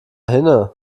hinne